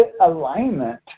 alignment